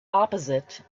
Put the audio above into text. opposite